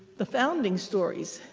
the founding stories.